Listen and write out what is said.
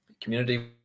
community